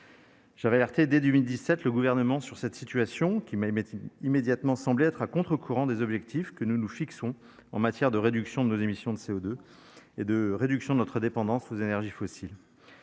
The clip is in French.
J'avais alerté, dès 2017, le Gouvernement sur cette situation, qui m'a immédiatement semblé être à contre-courant des objectifs que nous nous fixons en matière de réduction de nos émissions de CO2 et de notre dépendance aux énergies fossiles.